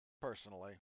personally